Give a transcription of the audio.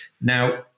Now